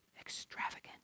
extravagant